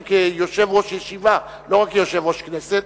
כיושב-ראש ישיבה ולא רק כיושב-ראש הכנסת,